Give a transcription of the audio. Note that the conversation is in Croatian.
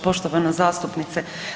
Poštovana zastupnice.